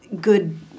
good